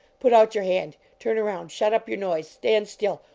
put out your hand! turn around! shut up your noise! stand still!